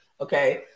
Okay